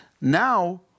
now